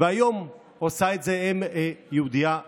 והיום עושה את זה אם יהודייה נוספת,